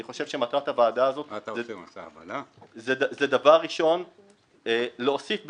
אני חושב שמטרת העבודה הזאת זה דבר ראשון להוסיף בטיחות.